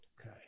Okay